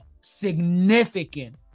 significant